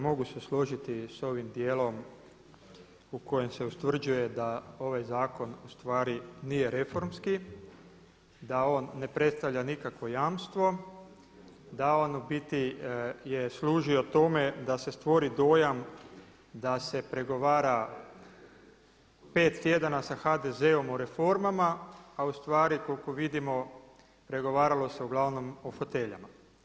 Mogu se složiti s ovim djelom u kojem se ustvrđuje da ovaj zakon ustvari nije reformski, da on ne predstavlja nikakvo jamstvo, da on u biti je služio tome da se stvori dojam da se pregovara pet tjedana sa HDZ-om o reformama a u stvari koliko vidimo pregovaralo se uglavnom o foteljama.